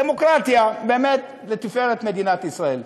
דמוקרטיה באמת לתפארת מדינת ישראל...